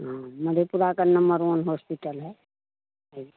हाँ मधेपुरा का number one hospital है आइए